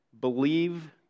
believe